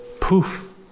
poof